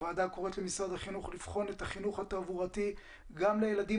הוועדה קוראת למשרד החינוך לבחון את החינוך התעבורתי גם לילדים